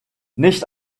nicht